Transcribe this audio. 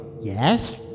Yes